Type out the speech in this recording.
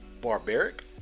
barbaric